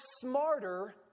smarter